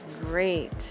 great